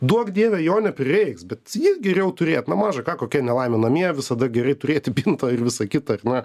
duok dieve jo neprireiks bet jį geriau turėt na maža ka kokia nelaimė namie visada gerai turėti bintą ir visa kita ar ne